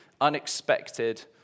unexpected